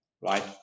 right